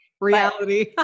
Reality